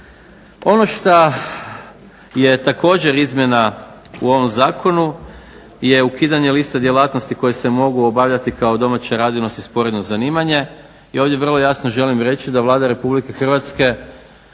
Ono šta je također izmjena u ovom zakonu je ukidanje lista djelatnosti koje se mogu obavljati kao domaća radinost i sporedno zanimanje i ovdje vrlo jasno želim reći da Vlada Republike Hrvatske